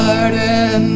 Garden